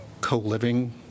co-living